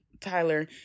Tyler